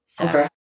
Okay